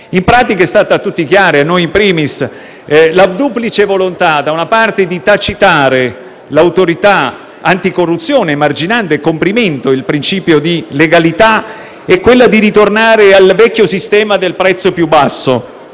In pratica è stata chiara a tutti - a noi *in primis* - la duplice volontà, da una parte, di tacitare l'Autorità nazionale anticorruzione, emarginando e comprimendo il principio di legalità, e, dall'altra, di ritornare al vecchio sistema del prezzo più basso,